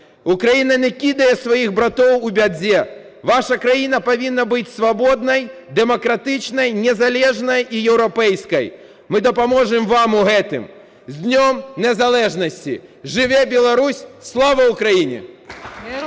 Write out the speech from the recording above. Украіна не кідає своіх братов у бядзе. Ваша краіна павінна быць свабоднай, дэмакратычнай, незалежнай і єврапейскай! Мы дапаможам вам у гэтым". З Днем незалежності! Живе Білорусь! Слава Україні!